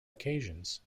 occasions